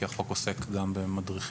כי החוק עוסק גם במדריכים.